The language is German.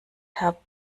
herr